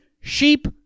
sheep